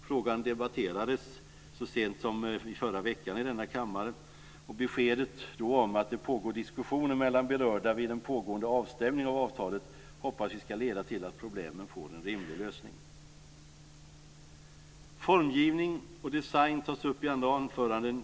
Frågan debatterades så sent som i förra veckan i denna kammare, och beskedet om att det pågår diskussioner mellan berörda vid en pågående avstämning av avtalet hoppas vi ska leda till att problemen får en rimlig lösning. Formgivning och design tas upp i andra anföranden.